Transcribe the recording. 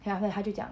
then after that 他就讲